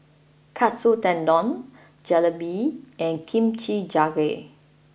Katsu Tendon Jalebi and Kimchi jjigae